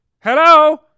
Hello